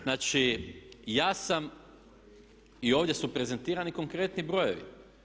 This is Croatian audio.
Znači, ja sam i ovdje su prezentirani konkretni brojevi.